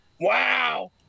Wow